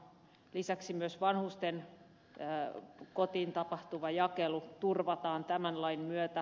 lisäksi myös vanhusten kotiin tapahtuva jakelu turvataan tämän lain myötä